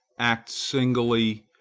act singly,